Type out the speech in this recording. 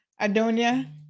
Adonia